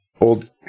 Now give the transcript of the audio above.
Old